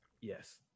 Yes